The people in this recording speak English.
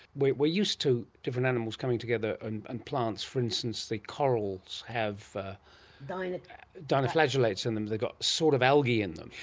we're we're used to different animals coming together, and and plants, for instance the corals have ah and dinoflagellates in them, they've got sort of algae in them.